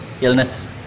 illness